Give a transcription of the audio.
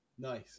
Nice